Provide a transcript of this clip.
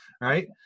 right